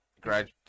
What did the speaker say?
grad